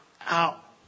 out